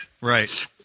Right